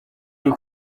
uri